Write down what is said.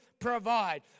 provide